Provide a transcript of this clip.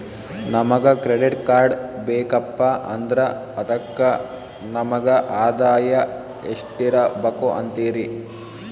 ನಮಗ credit card ಬೇಕಪ್ಪ ಅಂದ್ರ ಅದಕ್ಕ ನಮಗ ಆದಾಯ ಎಷ್ಟಿರಬಕು ಅಂತೀರಿ?